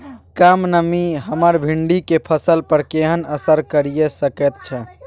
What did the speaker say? कम नमी हमर भिंडी के फसल पर केहन असर करिये सकेत छै?